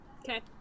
Okay